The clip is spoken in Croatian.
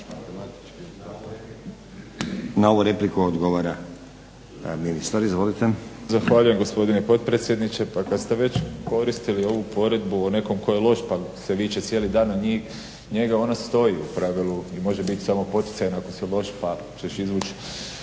Na ovu repliku odgovara ministar, izvolite. **Jakovina, Tihomir (SDP)** Zahvaljujem gospodine potpredsjedniče. Pa kad ste već koristili ovu poredbu o nekom tko je loš pa se viče cijeli dan na njega ona stoji u pravilu i može biti samo poticajna ako si loš pa ćeš izvući